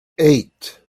eight